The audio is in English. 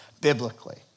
biblically